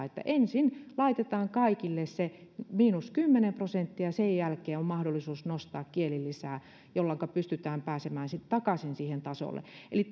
että ensin laitetaan kaikille se miinus kymmenen prosenttia ja sen jälkeen on mahdollisuus nostaa kielilisää jolloinka pystytään pääsemään sitten takaisin sille tasolle eli